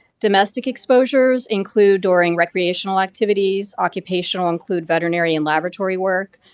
domestic exposures include during recreational activities, occupational include veterinary and laboratory work.